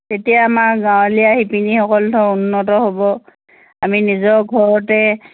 তেতিয়া আমাৰ গাঁৱলীয়া শিপিনীসকল ধৰ উন্নত হ'ব আমি নিজৰ ঘৰতে